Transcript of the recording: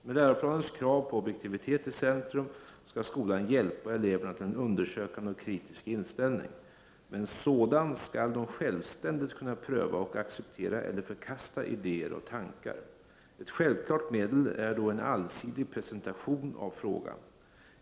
Med läroplanens krav på objektiviteten i centrum skall skolan hjälpa eleverna till en undersökande och kritisk inställning. Med en sådan skall de självständigt kunna pröva och acceptera eller förkasta idéer och tankar. Ett självklart medel är då en allsidig presentation av frågan.